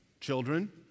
children